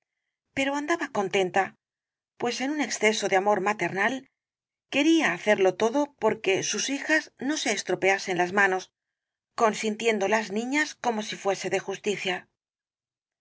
pero andaba contenta pues en un exceso de amor maternal quería iiacerlo todo por que rosalía de castro sus hijas no se estropeasen las manos consintiéndolo las niñas como si fuese de justicia